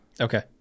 Okay